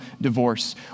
divorce